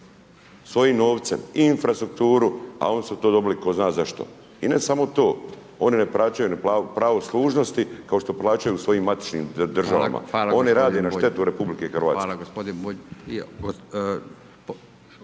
svojim novcem i infrastrukturu a onda su to dobili tko zna zašto. I ne samo to, oni ne plaćaju ni pravo služnosti kao što plaćaju svojim matičnim država, oni rade na štetu RH. **Radin,